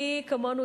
מי כמונו,